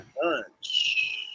Bunch